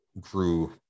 grew